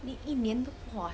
你一年都 !wah!